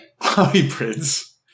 hybrids